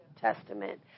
Testament